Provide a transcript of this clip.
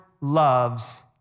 loves